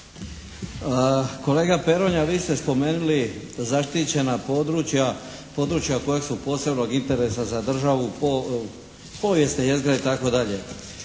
Kolega Peronja vi ste spomenuli zaštićena područja, područja koja su od posebnog interesa za državu, povijesne jezgre itd.